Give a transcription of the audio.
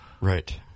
Right